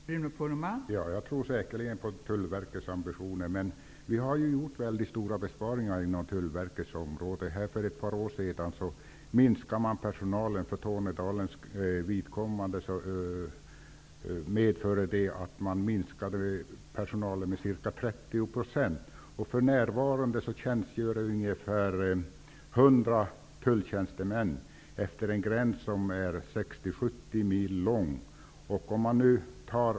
Fru talman! Jag tror säkert att Tullverket har ambitioner. Men stora besparingar har gjorts inom Tullverkets område. För ett par år sedan minskades personalen för Tornedalens vidkommande med ca tulltjänstemän utefter en gräns som är 60--70 mil lång.